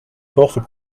forces